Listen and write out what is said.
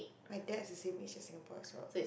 my dad's the same age as Singapore as well